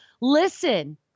Listen